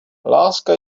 láska